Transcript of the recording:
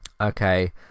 okay